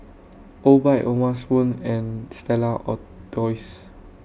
Obike O'ma Spoon and Stella Artois